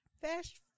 Fast